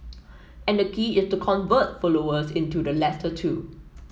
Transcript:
and the key is to convert followers into the latter two